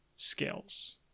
skills